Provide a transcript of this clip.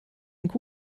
einen